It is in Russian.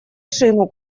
шину